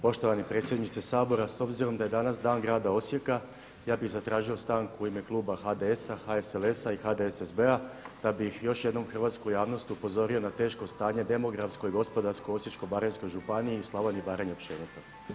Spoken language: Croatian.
Poštovani predsjedniče Sabora, s obzirom da je danas Dan grada Osijeka ja bih zatražio stanku u ime kluba HDS, HSLS-a i HDSSB-a da bi još jednom hrvatsku javnost upozorio na teško stanje demografsko i gospodarsko u Osječko-baranjskoj županiji i u Slavoniji i Baranji općenito.